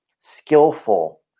skillful